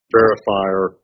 verifier